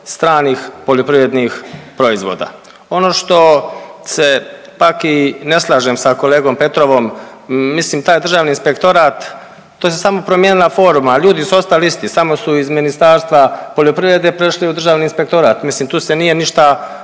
stranih poljoprivrednih proizvoda. Ono što se pak i ne slažem sa kolegom Petrovom, mislim taj državni inspektorat to se samo promijenila forma, ljudi su ostali isti, samo su iz Ministarstva poljoprivrede prešli u državni inspektorat, mislim tu se nije ništa